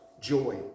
joy